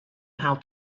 how